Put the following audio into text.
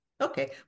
Okay